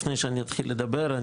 לפני שאני אתחיל לדבר,